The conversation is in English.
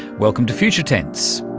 welcome to future tense.